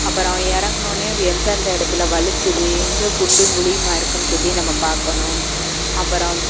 அப்புறம் இறங்குனனோன்னே எந்தெந்த இடத்துல வழுக்குது எங்கே குண்டும் குழியுமா இருக்குதுன்னு சொல்லி நம்ம பார்க்கணும் அப்புறம்